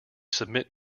submit